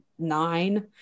nine